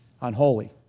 unholy